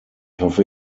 hoffe